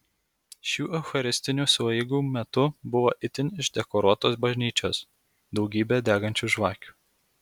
šių eucharistinių sueigų metu buvo itin išdekoruotos bažnyčios daugybė degančių žvakių